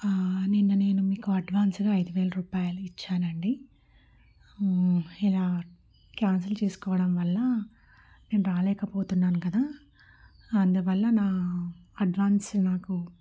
నిన్న నేను మీకు అడ్వాన్స్గా ఐదు వేల రూపాయలు ఇచ్చాను అండి ఇలా క్యాన్సిల్ చేసుకోవడం వల్ల నేను రాలేకపోతున్నాను కదా అందువల్ల నా అడ్వాన్స్ నాకు